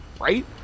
Right